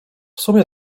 sumie